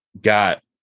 got